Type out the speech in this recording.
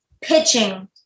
pitching